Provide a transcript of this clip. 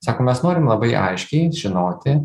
sako mes norim labai aiškiai žinoti